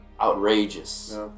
outrageous